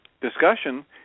discussion